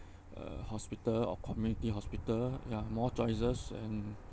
uh hospital or community hospital ya more choices and